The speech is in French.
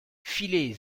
filé